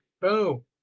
Boom